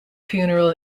funeral